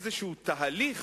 איזה תהליך,